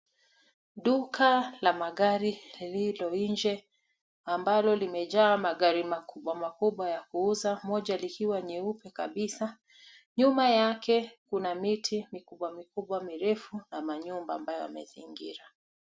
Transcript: Duka la magari lililo nje, ambalo limejaa magari makubwa makubwa ya kuuza moja likiwa nyeupe kabisa . Nyuma yake kuna miti mikubwa mikubwa mirefu na manyumba ambayo yamezingira.